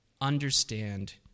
Understand